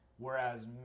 Whereas